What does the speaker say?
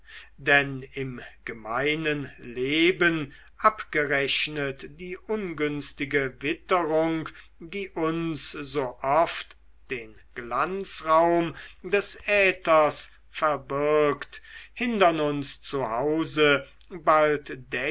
denn im gemeinen leben abgerechnet die ungünstige witterung die uns so oft den glanzraum des äthers verbirgt hindern uns zu hause bald